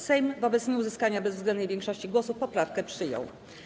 Sejm wobec nieuzyskania bezwzględnej większości głosów poprawkę przyjął.